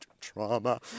trauma